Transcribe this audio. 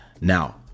Now